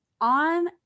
on